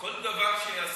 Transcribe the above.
כל דבר שעשיתי,